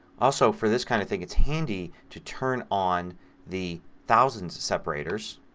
also, for this kind of thing it's handy to turn on the thousands separators.